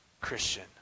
Christian